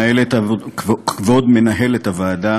כבוד מנהלת הוועדה